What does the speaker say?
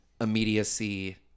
immediacy